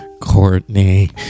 Courtney